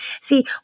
See